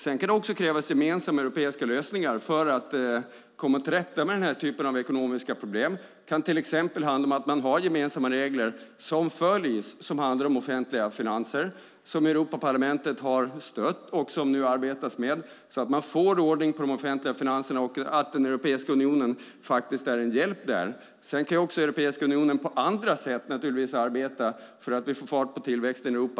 Det kan också krävas gemensamma europeiska lösningar för att komma till rätta med den här typen av ekonomiska problem. Det kan till exempel handla om att man har gemensamma regler som följs som andra offentliga finanser. Europaparlamentet har stött detta. Det arbetas nu med det så att man får ordning på de offentliga finanserna och att Europeiska unionen är en hjälp där. Europeiska unionen kan arbeta också på andra sätt så att vi får fart på tillväxten i Europa.